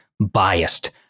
biased